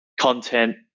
content